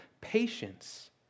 patience